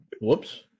Whoops